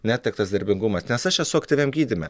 netektas darbingumas nes aš esu aktyviam gydyme